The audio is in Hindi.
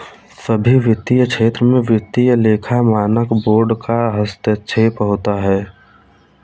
सभी वित्तीय क्षेत्रों में वित्तीय लेखा मानक बोर्ड का हस्तक्षेप होता है